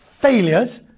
failures